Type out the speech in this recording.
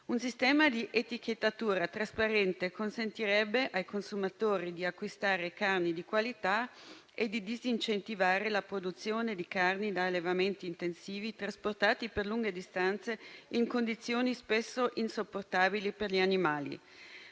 Un sistema di etichettatura trasparente consentirebbe ai consumatori di acquistare carni di qualità e di disincentivare la produzione di carni da allevamenti intensivi trasportati per lunghe distanze, in condizioni spesso insopportabili per gli animali.